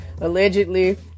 allegedly